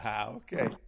okay